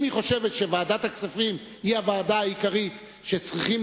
אם היא חושבת שוועדת הכספים היא הוועדה העיקרית שצריכים